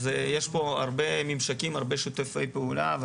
אז יש פה הרבה ממשקים, הרבה שיתופי פעולה.